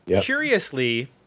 curiously